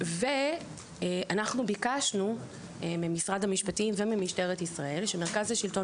אנחנו ביקשנו ממשרד המשפטים וממשטרת ישראל שמרכז השלטון